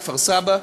כפר-סבא,